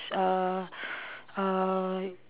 uh uh